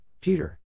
Peter